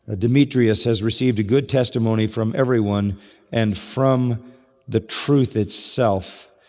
ah demetrius has received a good testimony from everyone and from the truth itself,